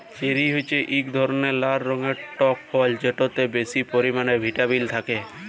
cherry হছে ইক ধরলের লাল রঙের টক ফল যেটতে বেশি পরিমালে ভিটামিল থ্যাকে